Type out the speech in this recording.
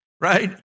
right